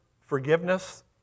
forgiveness